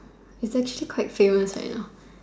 is actually quite famous right now